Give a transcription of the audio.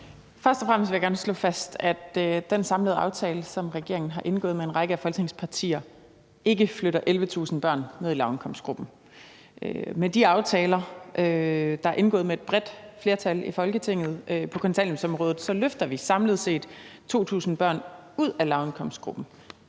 Først og fremmest vil jeg gerne slå fast, af den samlede aftale, som regeringen har indgået med en række af Folketingets partier, ikke flytter 11.000 børn ned i lavindkomstgruppen. Med de aftaler, der er indgået med et bredt flertal i Folketinget på kontanthjælpsområdet, løfter vi på kort sigt samlet set 2.000 børn ud af lavindkomstgruppen